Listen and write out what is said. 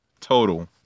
total